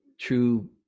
true